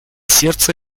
сердце